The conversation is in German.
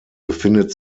befindet